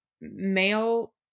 male